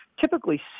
typically